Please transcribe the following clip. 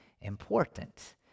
important